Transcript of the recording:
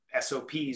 SOPs